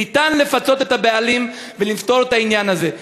אפשר לפצות את הבעלים ולפתור את העניין הזה.